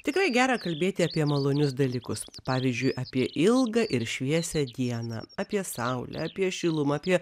tikrai gera kalbėti apie malonius dalykus pavyzdžiui apie ilgą ir šviesią dieną apie saulę apie šilumą apie